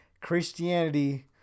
Christianity